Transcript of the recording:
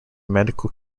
medical